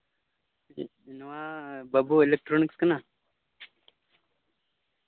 ᱱᱚᱣᱟ ᱵᱟᱵᱩ ᱤᱞᱮᱠᱴᱨᱚᱱᱤᱠ ᱠᱟᱱᱟ